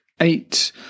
eight